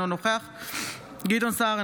אינו נוכח גדעון סער,